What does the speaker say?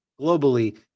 globally